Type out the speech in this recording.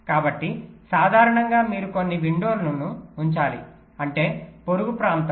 కాబట్టి సాధారణంగా మీరు కొన్ని విండోలను ఉంచాలి అంటే పొరుగు ప్రాంతం